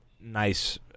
nice